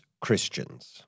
Christians